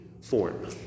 form